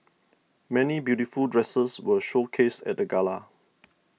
many beautiful dresses were showcased at the gala